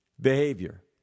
behavior